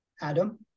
Adam